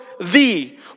thee